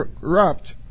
corrupt